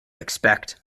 expect